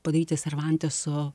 padaryti servanteso